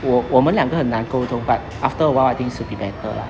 我我们两个很难沟通 but after a while I think should be better lah